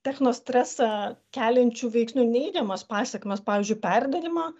techno stresą keliančių veiksnių neigiamas pasekmes pavyzdžiui perdegimą